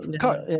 cut